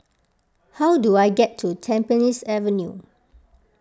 how do I get to Tampines Avenue